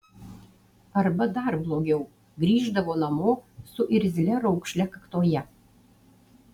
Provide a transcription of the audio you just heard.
arba dar blogiau grįždavo namo su irzlia raukšle kaktoje